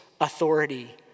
authority